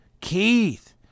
Keith